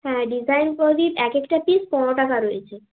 হ্যাঁ ডিজাইন প্রদীপ এক একটা পিস পনেরো টাকা রয়েছে